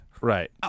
Right